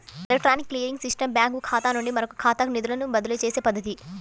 electronic clearing system బ్యాంకుఖాతా నుండి మరొకఖాతాకు నిధులను బదిలీచేసే పద్ధతి